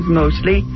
mostly